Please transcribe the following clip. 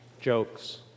jokes